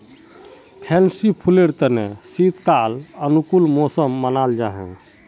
fancy फुलेर तने शीतकाल अनुकूल मौसम मानाल जाहा